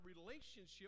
relationship